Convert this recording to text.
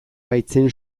baitzen